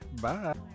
Bye